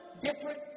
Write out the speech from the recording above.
different